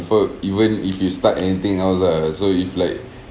before even if you start anything else lah so if like